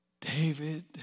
David